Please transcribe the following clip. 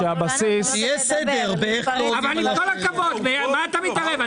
עם כל הכבוד, מה אתה מתערב?